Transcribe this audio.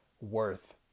worth